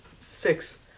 six